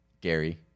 Gary